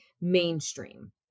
mainstream